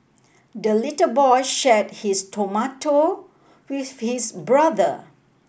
the little boy shared his tomato with his brother